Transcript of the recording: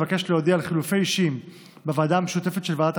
אבקש להודיע על חילופי אישים בוועדה המשותפת של ועדת